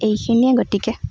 এইখিনিয়েই গতিকে